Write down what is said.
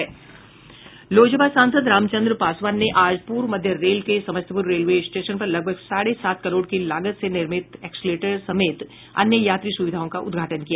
लोजपा सांसद रामचन्द्र पासवान ने आज पूर्व मध्य रेल के समस्तीपूर रेलवे स्टेशन पर लगभग साढ़े सात करोड़ की लागत से निर्मित एस्क्लेटर समेत अन्य यात्री सुविधाओं का उद्घाटन किया